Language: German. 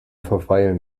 verweilen